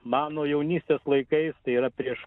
mano jaunystės laikais tai yra prieš